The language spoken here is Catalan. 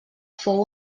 fou